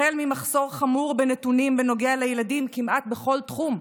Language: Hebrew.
החל ממחסור חמור בנתונים בנוגע לילדים כמעט בכל תחום,